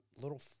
little